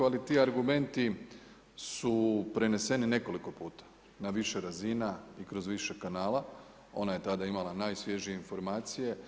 Ali ti argumenti su preneseni nekoliko puta na više razina i kroz više kanala, ona je tada imala najsvježije informacije.